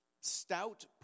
stout